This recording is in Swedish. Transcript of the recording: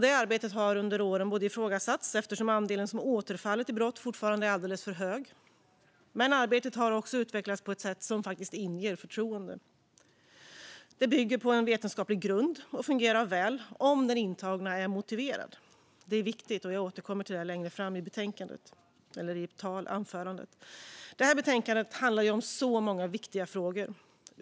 Det arbetet har under åren ifrågasatts, eftersom andelen som återfaller i brott fortfarande är alldeles för hög, men arbetet har också utvecklats på ett sätt som faktiskt inger förtroende. Det bygger på vetenskaplig grund och fungerar väl om den intagne är motiverad. Just detta är viktigt, och jag återkommer till det längre fram i anförandet. Detta betänkande handlar om väldigt många viktiga frågor.